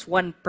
one